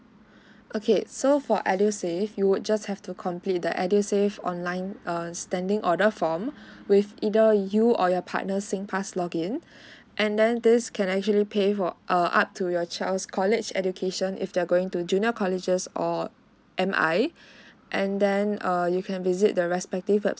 okay so for edusave you would just have to complete the edusave online err standing order form with either you or your partner's sing pass login and then this can actually pay for err up to your child's college education if they're going to junior colleges or M_I and then err you can visit the respective website